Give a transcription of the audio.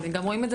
כן, רואים את זה